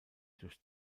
durch